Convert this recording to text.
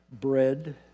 bread